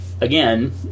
again